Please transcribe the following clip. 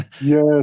Yes